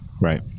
right